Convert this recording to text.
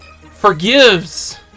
forgives